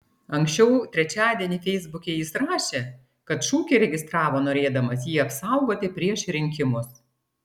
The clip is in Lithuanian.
anksčiau trečiadienį feisbuke jis rašė kad šūkį registravo norėdamas jį apsaugoti prieš rinkimus